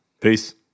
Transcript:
Peace